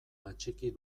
atxiki